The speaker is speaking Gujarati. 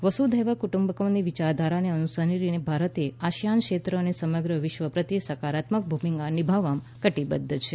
વસુઘૈવ કુટુંબકમની વિચારધારાને અનુસરીને ભારત આસિયાન ક્ષેત્ર અને સમગ્ર વિશ્વપ્રત્યે સકારાત્મક ભૂમિકા નિભાવવા કટિબદ્ધ છે